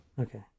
Okay